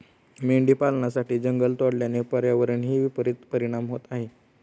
मेंढी पालनासाठी जंगल तोडल्याने पर्यावरणावरही विपरित परिणाम होत आहे